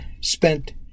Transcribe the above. spent